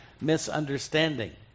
misunderstanding